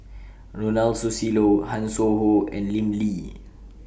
Ronald Susilo Hanson Ho and Lim Lee